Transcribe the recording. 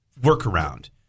workaround